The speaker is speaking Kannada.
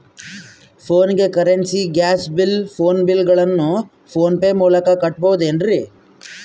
ಫೋನಿಗೆ currency, gas bill, phone bill ಗಳನ್ನು ಫೋನ್ ಪೇ ಮೂಲಕ ಕಟ್ಟಬಹುದೇನ್ರಿ?